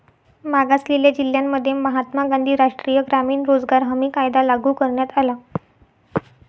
मागासलेल्या जिल्ह्यांमध्ये महात्मा गांधी राष्ट्रीय ग्रामीण रोजगार हमी कायदा लागू करण्यात आला